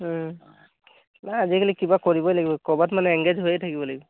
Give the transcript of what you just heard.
নাই আজিকালি কিবা কৰিবই লাগিব ক'বাত মানে এংগেজ হৈয়ে থাকিব লাগিব